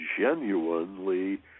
genuinely